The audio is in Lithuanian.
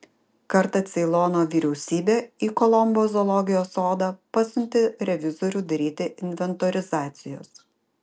kartą ceilono vyriausybė į kolombo zoologijos sodą pasiuntė revizorių daryti inventorizacijos